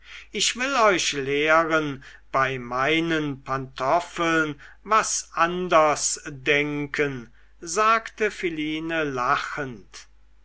ich will euch lehren bei meinen pantoffeln was anders denken sagte philine lachend